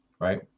right